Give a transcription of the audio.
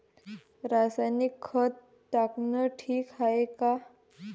रासायनिक खत टाकनं ठीक हाये का?